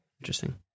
Interesting